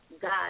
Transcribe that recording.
God